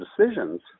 decisions